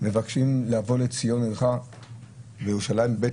מבקשים לבוא לציון עירך בירושלים בית